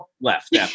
left